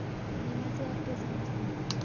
बीमा से आप क्या समझते हैं?